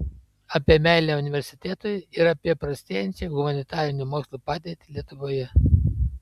apie meilę universitetui ir apie prastėjančią humanitarinių mokslų padėtį lietuvoje